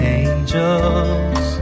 angels